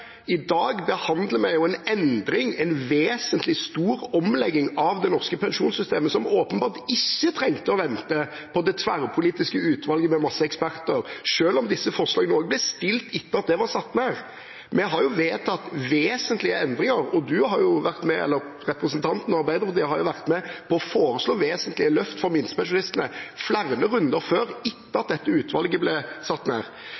I dag behandler vi en endring, en vesentlig stor omlegging av det norske pensjonssystemet som åpenbart ikke trengte å vente på det tverrpolitiske utvalget med masse eksperter, selv om disse forslagene også ble fremmet etter at det var satt ned. Vi har vedtatt vesentlige endringer, og representanten fra Arbeiderpartiet har vært med på å foreslå vesentlige løft for minstepensjonistene i flere runder før – etter at dette utvalget ble satt ned.